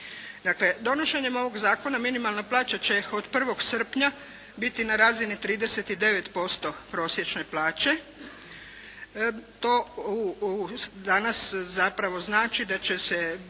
Dakle, donošenjem ovoga zakona minimalna plaća će od 1. srpnja biti na razini 39% prosječne plaće. To danas zapravo znači da će se